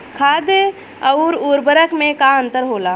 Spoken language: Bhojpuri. खाद्य आउर उर्वरक में का अंतर होला?